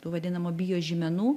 tų vadinamų biožymenų